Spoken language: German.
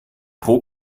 pro